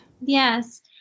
Yes